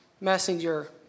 messenger